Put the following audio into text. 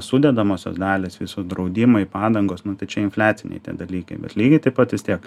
sudedamosios dalys visų draudimai padangos nu tai čia infliaciniai dalykai bet lygiai taip pat vis tiek